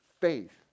faith